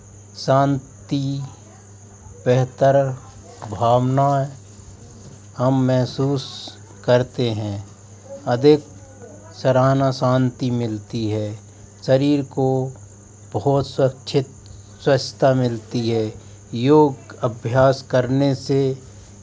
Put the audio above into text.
शांति बेहतर भावना हम महसूस करते हैं अधिक सराहना शांति मिलती है शरीर को बहुत स्वच्छित स्वच्छता मिलती है योग अभ्यास करने से